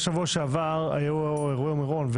בשבוע שעבר היו אירועי מירון,